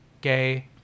gay